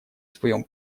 своем